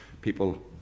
people